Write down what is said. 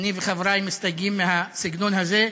אני וחבריי מסתייגים מהסגנון הזה.